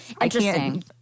Interesting